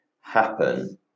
happen